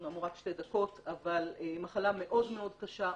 אמרו רק שתי דקות אבל המחלה מאוד מאוד קשה,